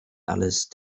alice